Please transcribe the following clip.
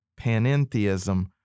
panentheism